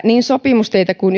niin sopimusteiden kuin